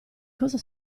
cosa